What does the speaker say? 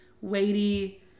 weighty